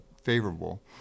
Favorable